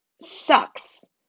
sucks